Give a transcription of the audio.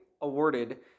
awarded